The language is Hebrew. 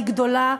היא גדולה,